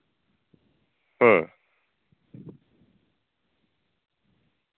ᱦᱩᱸ